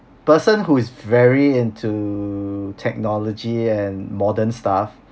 person who is very into technology and modern stuff